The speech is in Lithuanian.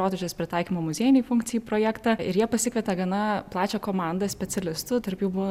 rotušės pritaikymo muziejinei funkcijai projektą ir jie pasikvietė gana plačią komandą specialistų tarp jų buvo